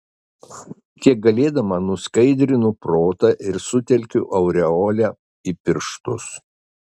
kiek galėdama nuskaidrinu protą ir sutelkiu aureolę į pirštus